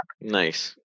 Nice